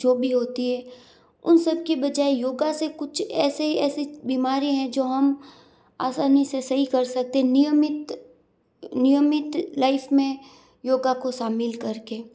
जो भी होती है उन सबकी बजाय योग से कुछ ऐसे ही ऐसी बीमारी है जो हम आसानी से सही कर सकते नियमित नियमित लाइफ में योग को शामिल करके